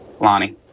Lonnie